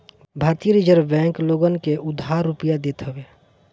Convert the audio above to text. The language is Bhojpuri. भारतीय रिजर्ब बैंक लोगन के उधार रुपिया देत हवे